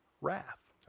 wrath